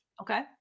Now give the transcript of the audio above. Okay